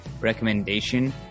recommendation